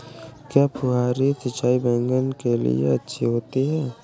क्या फुहारी सिंचाई बैगन के लिए अच्छी होती है?